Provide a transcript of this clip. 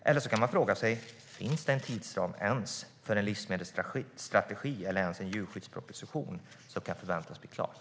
Man kan också fråga sig om det finns en tidsram ens för en livsmedelsstrategi eller en djurskyddsproposition. När kan de förväntas bli klara?